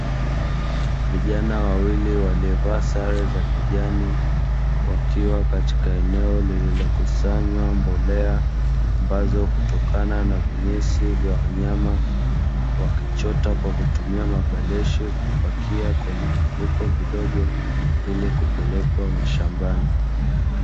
Vijana wawili waliovaa sare za kijani, wakiwa katika eneo lililokusanywa mbolea ambazo hutokana na vinyesi vya wanyama, wakichota kwa kutumia mabeleshi kupakia kwenye vifuko vidogo; ili kupelekwa mashambani.